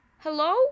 Hello